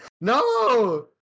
No